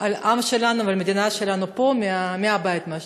לעם שלנו ולמדינה שלנו פה, מהבית, מה שנקרא.